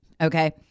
Okay